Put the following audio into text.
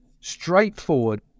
straightforward